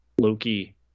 Loki